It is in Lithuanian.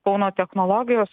kauno technologijos